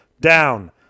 down